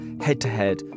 head-to-head